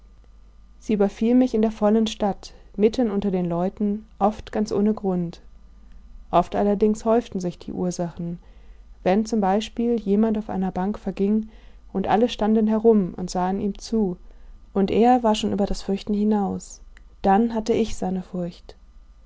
sie überfiel mich in der vollen stadt mitten unter den leuten oft ganz ohne grund oft allerdings häuften sich die ursachen wenn zum beispiel jemand auf einer bank verging und alle standen herum und sahen ihm zu und er war schon über das fürchten hinaus dann hatte ich seine furcht